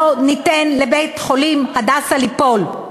לא ניתן לבית-חולים "הדסה" ליפול.